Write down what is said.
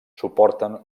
suporten